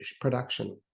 production